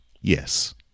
Yes